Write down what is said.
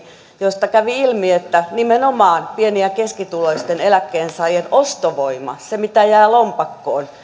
niistä kävi ilmi että nimenomaan pieni ja keskituloisten eläkkeensaajien ostovoima se mitä jää lompakkoon